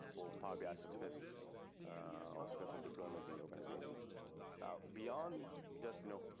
for power. bi success or successful deployment in organizations now beyond just you know,